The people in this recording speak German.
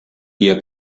ihr